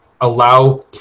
allow